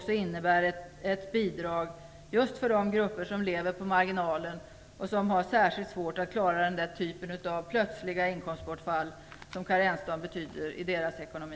Det innebär ett bidrag för de grupper som lever på marginalen och som har särskilt svårt att klara den typ av plötsliga inkomstbortfall som karensdagen innebär i deras ekonomi.